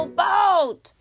boat